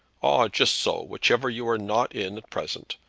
just so. whichever you are not in at present.